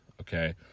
Okay